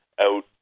out